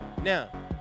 Now